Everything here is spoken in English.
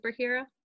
superhero